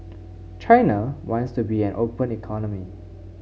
China wants to be an open economy